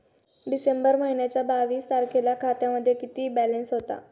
डिसेंबर महिन्याच्या बावीस तारखेला खात्यामध्ये किती बॅलन्स होता?